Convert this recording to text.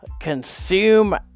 consume